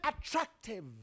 attractive